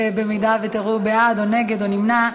אם תראו בעד, או נגד, או נמנע,